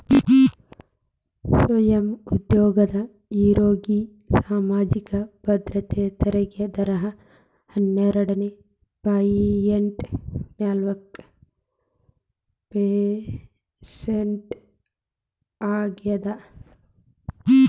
ಸ್ವಯಂ ಉದ್ಯೋಗ ಇರೋರ್ಗಿ ಸಾಮಾಜಿಕ ಭದ್ರತೆ ತೆರಿಗೆ ದರ ಹನ್ನೆರಡ್ ಪಾಯಿಂಟ್ ನಾಲ್ಕ್ ಪರ್ಸೆಂಟ್ ಆಗ್ಯಾದ